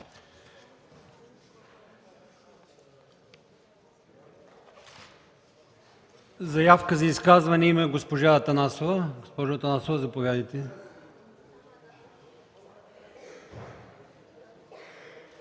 Заявка за изказване има от госпожа Атанасова.